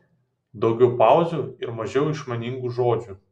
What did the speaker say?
daugiau pauzių ir mažiau išmaningų žodžių